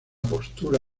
postura